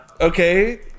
Okay